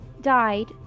died